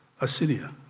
Assyria